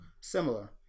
Similar